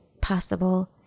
possible